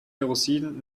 kerosin